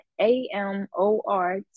A-M-O-R